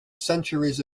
centuries